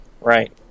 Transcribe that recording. Right